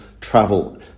travel